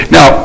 Now